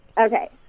okay